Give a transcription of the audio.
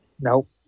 Nope